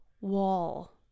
wall